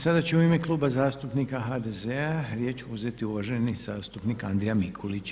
Sada će u ime Kluba zastupnika HDZ-a riječ uzeti uvaženi zastupnik Andrija Mikulić.